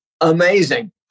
amazing